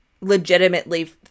legitimately